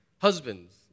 Husbands